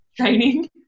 training